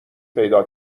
پیدا